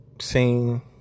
seen